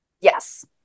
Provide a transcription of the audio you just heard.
Yes